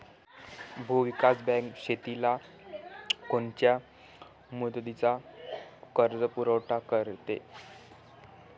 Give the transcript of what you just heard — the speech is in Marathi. भूविकास बँक शेतीला कोनच्या मुदतीचा कर्जपुरवठा करते?